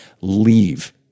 Leave